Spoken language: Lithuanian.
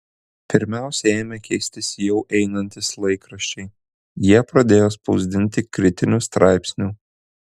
pirmiausia ėmė keistis jau einantys laikraščiai jie pradėjo spausdinti kritinių straipsnių